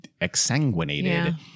exsanguinated